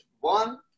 One